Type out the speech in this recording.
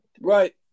Right